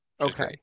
Okay